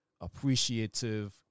appreciative